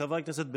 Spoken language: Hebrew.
חברי הכנסת,